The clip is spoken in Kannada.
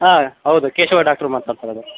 ಹಾಂ ಹೌದು ಕೇಶವ ಡಾಕ್ಟ್ರ್ ಮಾತನಾಡ್ತಿರೋದು